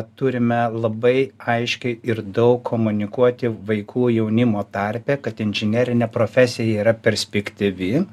turime labai aiškiai ir daug komunikuoti vaikų jaunimo tarpe kad inžinerinė profesija yra perspektyvi